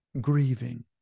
grieving